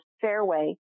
fairway